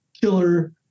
killer